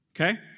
okay